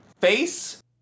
face